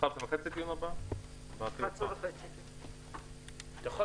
בשעה 11:10.